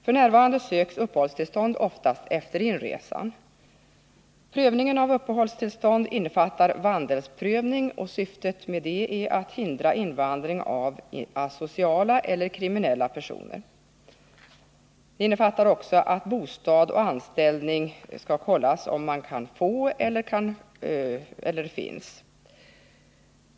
F. n. söks uppehållstillstånd oftast efter inresan. Prövningen av ansökningar om uppehållstillstånd innefattar vandelsprövning — syftet härmed är att hindra invandring av asociala eller kriminella personer — och prövning av att bostad och anställning finns eller kan erhållas.